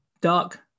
dark